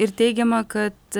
ir teigiama kad